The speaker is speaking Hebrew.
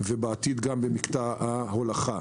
ובעתיד גם במקטע ההולכה.